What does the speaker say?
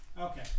Okay